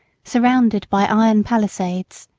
surrounded by iron palisades.